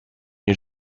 new